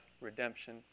redemption